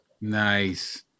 Nice